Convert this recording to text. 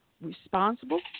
responsible